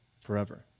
forever